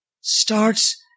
starts